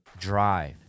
drive